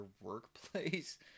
workplace